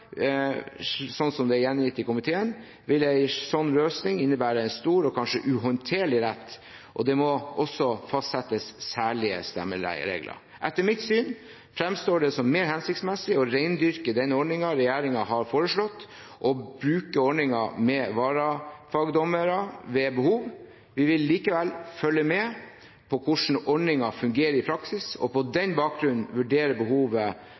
det er gjengitt i innstillingen fra komiteen, vil en slik løsning innebære en stor og kanskje uhåndterlig rett, og det må også fastsettes særlige stemmeregler. Etter mitt syn fremstår det som mer hensiktsmessig å rendyrke den ordningen regjeringen har foreslått, og bruke ordningen med varafagdommere ved behov. Vi vil likevel følge med på hvordan ordningen fungerer i praksis og på den bakgrunn vurdere behovet